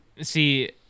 see